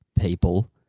people